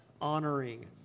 honoring